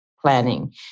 planning